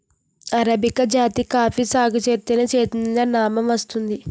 arabica జాతి coffee సాగుజేత్తేనే చేతినిండా నాబం వత్తాది